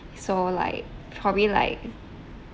so like probably like